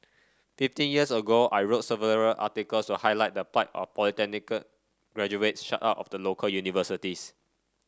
fifteen years ago I wrote several articles to highlight the plight of polytechnic graduates shut out of the local universities